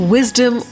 Wisdom